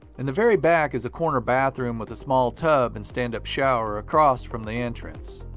in the very back is a corner bathroom with a small tub and standup shower across from the entrance.